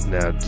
Now